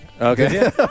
Okay